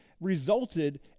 resulted